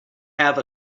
have